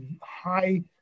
high